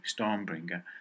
Stormbringer